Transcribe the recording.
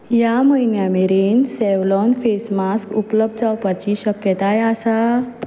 ह्या म्हयन्या मेरेन सॅवलॉन फेस मास्क उपलब जावपाची शक्यताय आसा